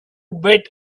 bet